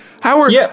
Howard